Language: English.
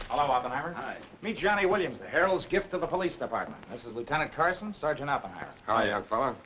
hello, oppenheimer. hi. meet johnny williams, the herald's gift to the police department. this is lieutenant carson, sargent oppenheimer. hi, young fella.